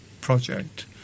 project